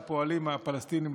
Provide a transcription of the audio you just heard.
לפועלים הפלסטינים,